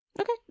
Okay